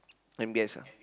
M_B_S ah